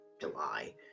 July